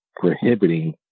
prohibiting